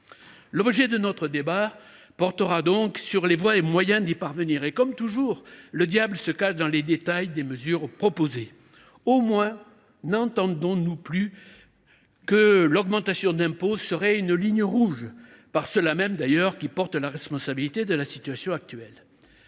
élevée. Notre débat portera donc sur les voies et moyens d’y parvenir. Or, comme toujours, le diable se cache dans les détails des mesures proposées. Au moins n’entendons nous plus dire que l’augmentation des impôts serait une ligne rouge par ceux là mêmes qui, pourtant, sont responsables de la situation actuelle.